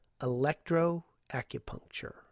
electroacupuncture